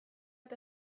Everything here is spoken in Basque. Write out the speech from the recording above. eta